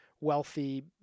wealthy